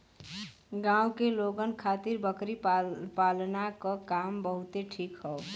गांव के लोगन खातिर बकरी पालना क काम बहुते ठीक हौ